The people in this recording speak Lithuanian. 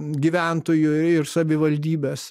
gyventojų ir savivaldybės